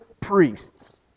priests